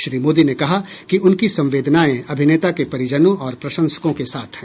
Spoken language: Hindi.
श्री मोदी ने कहा कि उनकी संवेदनाएं अभिनेता के परिजनों और प्रशंसकों के साथ हैं